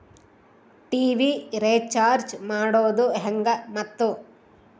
TV recharge ಮಾಡೋದು ಹೆಂಗ ಮತ್ತು?